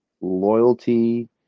loyalty